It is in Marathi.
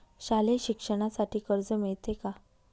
शालेय शिक्षणासाठी कर्ज मिळते का?